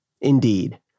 indeed